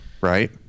right